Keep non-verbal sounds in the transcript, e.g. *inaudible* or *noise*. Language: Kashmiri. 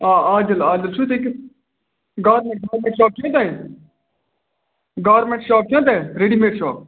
آ عادِل عادِل چھُو تُہۍ *unintelligible* گارمٮ۪نٛٹ گارمٮ۪نٛٹ شاپ چھُنَہ تۄہہِ گارمٮ۪نٛٹ شاپ چھُنَہ تۄہہِ ریٚڈی میڈ شاپ